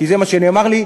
כי זה מה שנאמר לי,